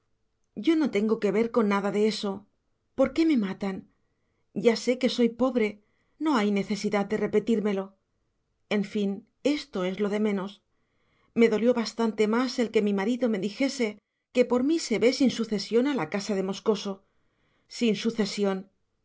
yo no tengo que ver con nada de eso por qué me matan ya sé que soy pobre no hay necesidad de repetírmelo en fin esto es lo de menos me dolió bastante más el que mi marido me dijese que por mí se ve sin sucesión la casa de moscoso sin sucesión